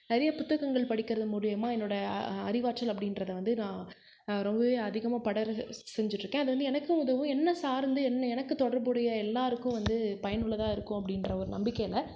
நிறைய புத்தகங்கள் படிக்கிறது மூலியமாக என்னோட அறிவாற்றல் அப்படின்றத வந்து நான் ரொம்பவே அதிகமாக படர செஞ்சிட்டுருக்கேன் அது வந்து எனக்கும் உதவும் என்ன சார்ந்து என் எனக்கு தொடர்புடைய எல்லாருக்கும் வந்து பயன் உள்ளதாக இருக்கும் அப்படின்ற ஒரு நம்பிக்கையில